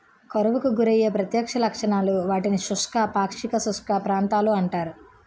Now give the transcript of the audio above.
కరువుకు గురయ్యే ప్రత్యక్ష లక్షణాలు, వాటిని శుష్క, పాక్షిక శుష్క ప్రాంతాలు అంటారు